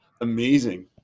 Amazing